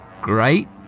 Great